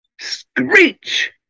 Screech